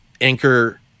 Anchor